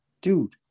Dude